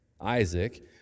Isaac